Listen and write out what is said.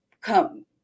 come